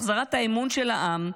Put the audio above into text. בהחזרת האמון של העם,